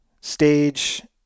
stage